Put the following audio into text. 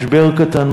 משבר קטן,